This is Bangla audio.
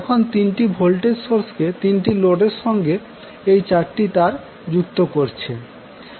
এখন তিনটি ভোল্টেজ সোর্সকে তিনটি লোডের সঙ্গে এই চারটি তার যুক্ত করছে